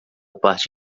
parte